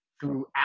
Throughout